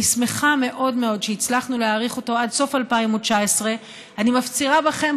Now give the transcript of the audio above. אני שמחה מאוד מאוד שהצלחנו להאריך אותו עד סוף 2019. אני מפצירה בכם,